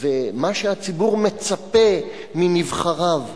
ומה שהציבור מצפה מנבחריו.